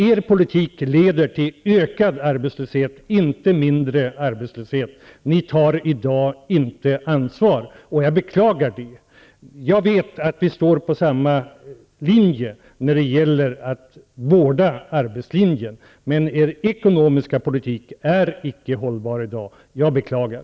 Er politik leder till ökad arbetslöshet, inte mindre. Ni tar i dag inte ansvar. Jag beklagar det. Jag vet att vi står på samma linje när det gäller att vårda arbetslinjen. Men er ekonomiska politik är icke hållbar i dag, vilket jag beklagar.